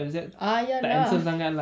F_Z tak handsome sangat lah